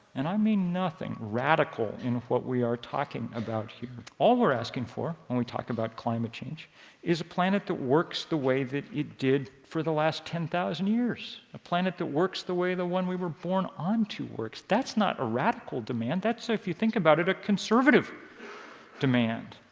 and i mean nothing, radical in what we are talking about here. all we're asking for when we talk about climate change is a planet that works the way that it did for the last ten thousand years, a planet that works the way the one we were born onto works. that's not a radical demand. that's, if you think about it, a conservative demand.